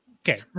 Okay